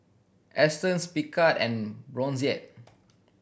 Astons Picard and Brotzeit